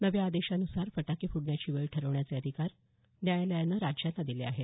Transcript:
नव्या आदेशान्सार फटाके फोडण्याची वेळ ठरवण्याचे अधिकार न्यायालयानं राज्यांना दिले आहेत